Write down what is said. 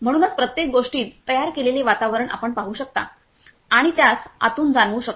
म्हणूनच प्रत्येक गोष्टीत तयार केलेले वातावरण आपण पाहू शकता आणि त्यास आतून जाणवू शकता